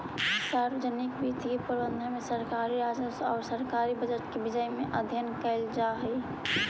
सार्वजनिक वित्तीय प्रबंधन में सरकारी राजस्व आउ सरकारी बजट के विषय में अध्ययन कैल जा हइ